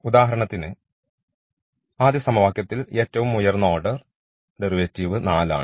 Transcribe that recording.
ഉദാഹരണത്തിന് ഈ ആദ്യ സമവാക്യത്തിൽ ഏറ്റവും ഉയർന്ന ഓർഡർ ഡെറിവേറ്റീവ് 4 ആണ്